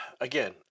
again